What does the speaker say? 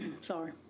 Sorry